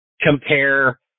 compare